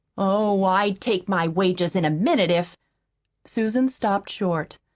oh, i'd take my wages in a minute, if susan stopped short.